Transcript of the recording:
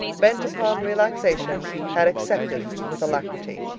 bent upon relaxation, had accepted with alacrity.